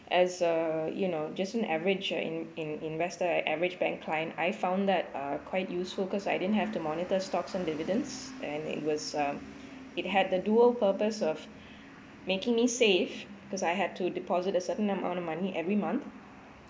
as uh you know just an average uh in~ in~ investor an average bank client I found that uh quite useful cause I didn't have to monitor stocks and dividends and it was um it had a dual purpose of making me save because I had to deposit a certain amount of money every month